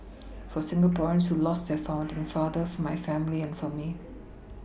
for Singaporeans who lost their founding father for my family and for me